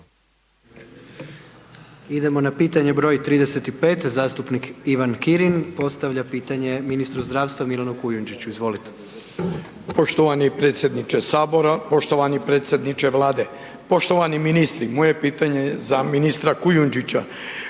Idemo na pitanje broj 35, zastupnik Ivan Kirin postavlja pitanje ministru zdravstva Milanu Kujundžiću, izvolite. **Kirin, Ivan (HDZ)** Poštovani predsjedniče sabora, poštovani predsjedniče Vlade, poštovani ministri moje pitanje je za ministra Kujundžića.